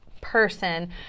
Person